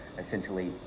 essentially